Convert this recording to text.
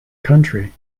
country